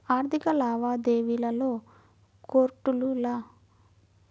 ఆర్థిక లావాదేవీలలో కోర్టుల నుంచి పొందే వ్రాత పూర్వక ఆర్డర్ నే వారెంట్ ఆఫ్ పేమెంట్ అంటారు